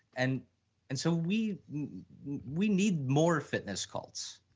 and and so, we we need more fitness cults,